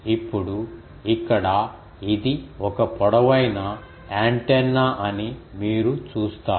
ఇప్పుడు ఇక్కడ ఇది ఒక పొడవైన యాంటెన్నా అని మీరు చూస్తారు